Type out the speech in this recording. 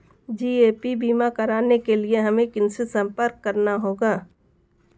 GAP बीमा कराने के लिए हमें किनसे संपर्क करना होगा?